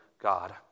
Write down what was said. God